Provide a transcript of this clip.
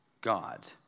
God